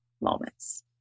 moments